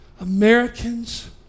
Americans